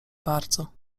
bardzo